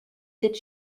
that